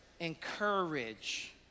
encourage